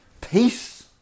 peace